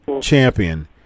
Champion